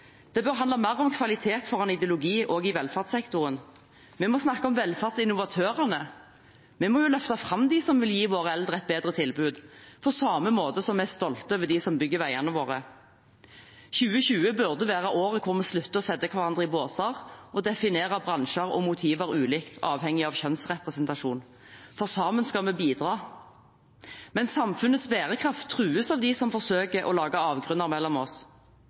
Det bør handle mer om kvalitet foran ideologi også i velferdssektoren. Vi må snakke om velferdsinnovatørene. Vi må løfte fram dem som vil gi våre eldre et bedre tilbud, på samme måte som vi er stolt over dem som bygger veiene våre. 2020 burde være året hvor vi slutter å sette hverandre i båser og definere bransjer og motiver ulikt avhengig av kjønnsrepresentasjon. Sammen skal vi bidra. Samfunnets bærekraft trues av dem som forsøker å lage avgrunner mellom oss.